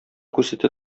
күрсәтә